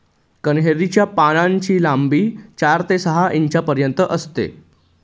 कन्हेरी च्या पानांची लांबी चार ते सहा इंचापर्यंत असते